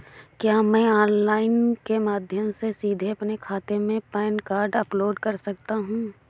क्या मैं ऑनलाइन के माध्यम से सीधे अपने खाते में पैन कार्ड अपलोड कर सकता हूँ?